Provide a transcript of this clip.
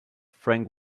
frank